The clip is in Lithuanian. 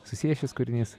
susijęs šis kūrinys